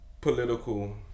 political